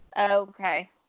Okay